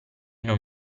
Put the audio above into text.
non